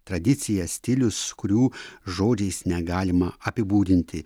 tradicija stilius kurių žodžiais negalima apibūdinti